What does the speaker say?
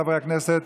חברי הכנסת,